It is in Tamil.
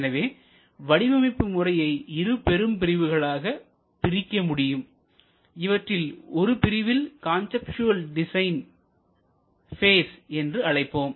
எனவே வடிவமைப்பு முறையை இரு பெரும் பிரிவுகளாக பிரிக்க முடியும் இவற்றில் ஒரு பிரிவில் கான்சப்ட்சுவல் டிசைன் ஃபேஸ் என்று அழைப்போம்